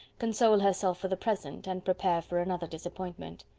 console herself for the present, and prepare for another disappointment.